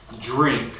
drink